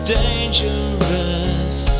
dangerous